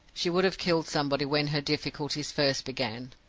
she would have killed somebody when her difficulties first began.